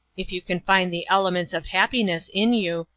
if you can find the elements of happiness in you,